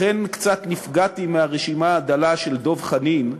לכן קצת נפגעתי מהרשימה הדלה של דב חנין,